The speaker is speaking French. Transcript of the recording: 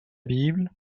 bible